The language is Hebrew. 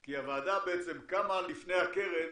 כי הוועדה קמה לפני הקרן